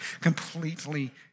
completely